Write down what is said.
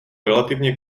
relativně